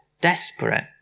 desperate